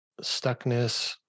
stuckness